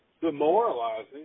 demoralizing